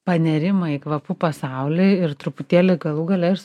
panėrimą į kvapų pasaulį ir truputėlį galų gale aš